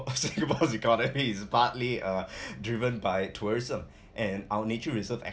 singapore's economy is partly uh driven by tourism and our nature reserve